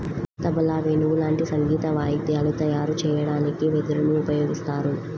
తబలా, వేణువు లాంటి సంగీత వాయిద్యాలు తయారు చెయ్యడానికి వెదురుని ఉపయోగిత్తారు